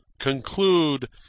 Conclude